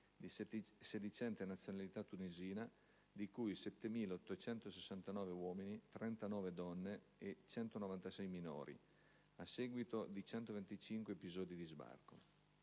di sedicente nazionalità tunisina, di cui 7.869 uomini, 39 donne e 196 minori, a seguito di 125 episodi di sbarco.